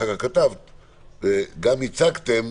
גם הצגתם